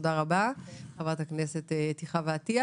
תודה רבה, חברת הכנסת אתי חוה עטייה.